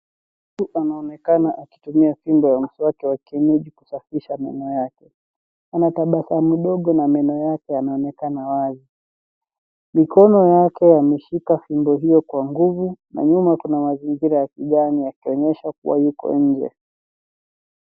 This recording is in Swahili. Mtu anaonekana akitumia fimbo ya mswaki wa kienyeji kusafisha meno yake. Ana tabasamu ndogo na meno yake yanaonekana wazi. Mikono yake yameshika fimbo hiyo kwa nguvu na nyuma kuna mazingira ya kijani yakionyesha kuwa yuko nje.